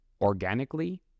organically